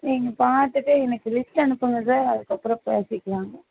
நீங்கள் பார்த்துட்டு எனக்கு லிஸ்ட்டு அனுப்புங்க சார் அதுக்கப்புறம் பேசிக்கலாம்